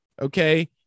Okay